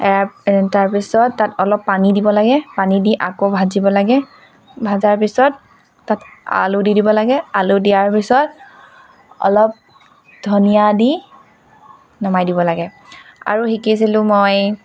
তাৰপিছত তাত অলপ পানী দিব লাগে পানী দি আকৌ ভাজিব লাগে ভাজাৰ পিছত তাত আলু দি দিব লাগে আলু দিয়াৰ পিছত অলপ ধনিয়া দি নমাই দিব লাগে আৰু শিকিছিলো মই